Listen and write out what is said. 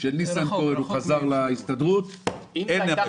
של ניסנקורן שחזר להסתדרות אין אפשרות ליישם את זה.